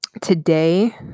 Today